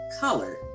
color